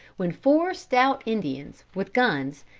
when four stout indians, with guns,